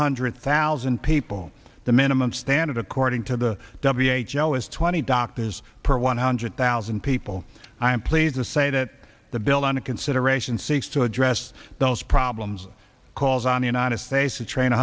hundred thousand people the minimum standard according to the w h o is twenty doctors per one hundred thousand people i am pleased to say that the bill under consideration seeks to address those problems calls on the united states to train